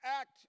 act